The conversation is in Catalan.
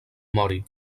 mori